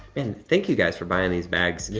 and thank you guys for buying these bags.